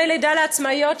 דמי לידה לעצמאיות,